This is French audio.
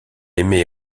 émet